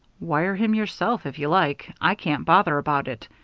wire him yourself, if you like. i can't bother about it.